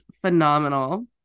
phenomenal